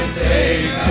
take